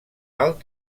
alt